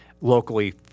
locally